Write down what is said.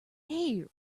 here